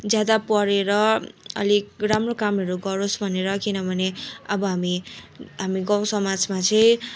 ज्यादा पढेर अलिक राम्रो कामहरू गरोस् भनेर किनभने अब हामी हामी गाउँ समाजमा चाहिँ